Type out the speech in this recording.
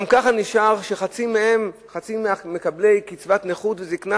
גם ככה נשאר שחצי ממקבלי קצבת נכות וזיקנה